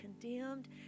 condemned